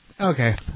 okay